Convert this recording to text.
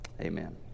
amen